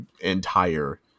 entire